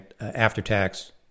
after-tax